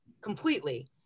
completely